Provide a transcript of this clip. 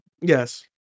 Yes